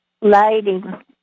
lighting